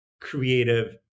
creative